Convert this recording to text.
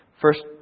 First